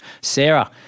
Sarah